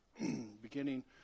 beginning